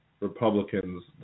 Republicans